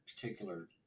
particular